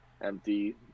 empty